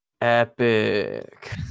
Epic